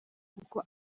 kuko